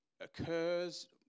occurs